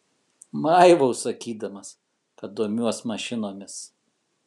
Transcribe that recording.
maivaus sakydamas kad domiuos mašinomis